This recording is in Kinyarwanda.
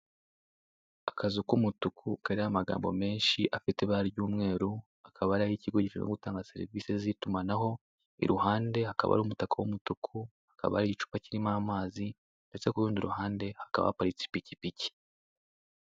Akazu k'umutuku kariho amagambo menshi afite ibara ry'umweru, akaba rero ari ikigo gishinzwe gutanga serivise z'itumanaho, iruhande hakaba hari umutaka w'umutuku, hakaba hari igicupa kirimo amazi, ndetse ku rundi ruhande hakaba haparitse ipikipiki.